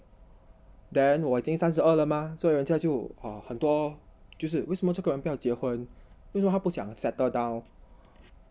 then 我已经三十二了吗所以人家就 uh 很多就是为什么这个人不要结婚为什么还不想 settle down